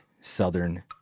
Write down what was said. southern